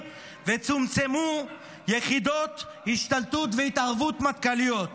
וצומצמו יחידות השתלטות והתערבות מטכ"ליות.